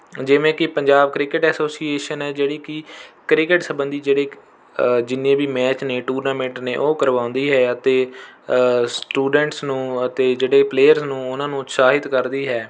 ਜਿਵੇਂ ਕਿ Punjab cricket association ਹੈ ਜਿਹੜੀ ਕਿ ਕ੍ਰਿਕਟ ਸੰਬੰਧੀ ਜਿਹੜੇ ਜਿੰਨੇ ਵੀ ਮੈਚ ਨੇ ਟੂਰਨਾਮੈਂਟ ਨੇ ਉਹ ਕਰਵਾਉਂਦੀ ਹੈ ਅਤੇ ਸਟੂਡੈਂਟਸ ਨੂੰ ਅਤੇ ਜਿਹੜੇ ਪਲੇਅਰਜ਼ ਨੂੰ ਉਨ੍ਹਾਂ ਨੂੰ ਉਤਸ਼ਾਹਿਤ ਕਰਦੀ ਹੈ